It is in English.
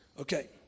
Okay